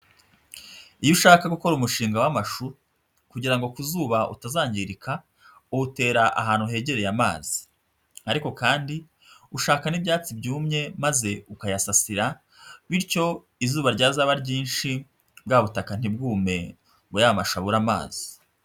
Iyo ushaka gukora umushinga w'amashu kugira ngo ku zuba utazangirika, uwutera ahantu hegereye amazi ariko kandi ushaka n'ibyatsi byumye maze ukayasasira bityo izuba ryazaba ryinshi, bwa butaka ntibwume ngo ya mashu abure amazi.